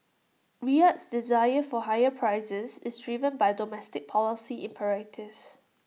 Riyadh's desire for higher prices is driven by domestic policy imperatives